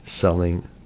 selling